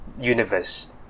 universe